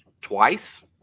Twice